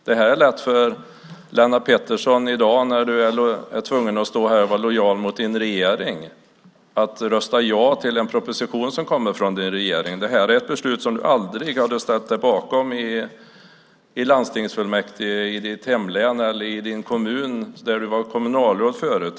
Det är lätt för dig, Lennart Pettersson, som står här och ska vara lojal mot regeringen, att i dag rösta ja till en proposition, men detta är ett beslut som du aldrig skulle ha ställt dig bakom i landstingsfullmäktige i ditt hemlän eller när du var kommunalråd förut.